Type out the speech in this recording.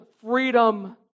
freedom